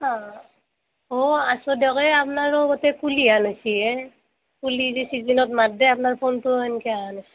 অঁ আছোঁ দিয়ক এই আপ্নাৰো গোটেই কুলিহেন হৈছি হে কুলি যি ছিজনত মাত দে আপনাৰ ফোনটো হেনকে আহাৰ না